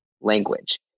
language